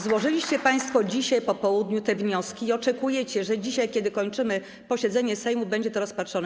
Złożyliście państwo dzisiaj po południu te wnioski i oczekujecie, że dzisiaj, kiedy kończymy posiedzenie Sejmu, będzie to rozpatrzone.